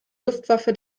luftwaffe